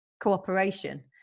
cooperation